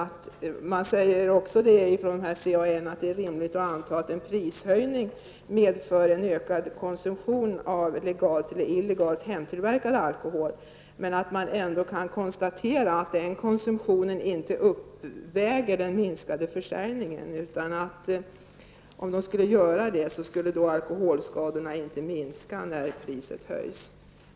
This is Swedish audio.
I CAN sägs också att det är rimligt att anta att en prishöjning medför en ökad konsumtion av legalt eller illegalt hemtillverkad alkohol, men att man ändå kan konstatera att den konsumtionen inte uppväger den minskade försäljningen. Skulle den göra det skulle alkoholskadorna inte minska när priset höjs.